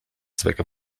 zwecke